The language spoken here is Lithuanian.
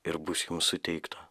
ir bus jums suteikta